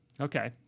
Okay